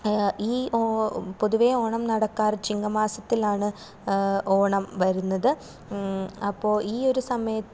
ഈ പൊതുവെ ഓണം നടക്കാറ് ചിങ്ങമാസത്തിലാണ് ഓണം വരുന്നത് അപ്പോൾ ഈ ഒരു സമയത്ത്